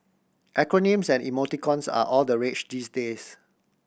acronyms and emoticons are all the rage these days